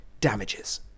damages